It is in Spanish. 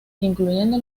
incluyendo